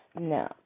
No